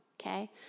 okay